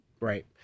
Right